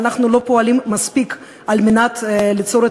ואנחנו לא פועלים מספיק כדי ליצור את